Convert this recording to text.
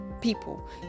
people